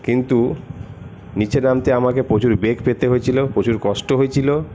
কিন্তু নীচে নামতে আমাকে প্রচুর বেগ পেতে হয়েছিলো প্রচুর কষ্ট হয়েছিলো